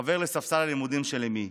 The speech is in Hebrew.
חבר לספסל הלימודים של אימי.